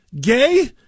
gay